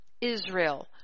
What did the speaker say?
Israel